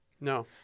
No